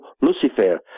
Lucifer